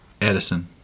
Edison